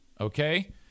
okay